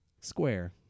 Square